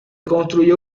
construyó